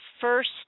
first